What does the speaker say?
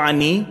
הוא עני,